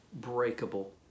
breakable